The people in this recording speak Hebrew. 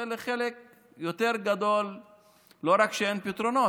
ולחלק יותר גדול לא רק שאין פתרונות,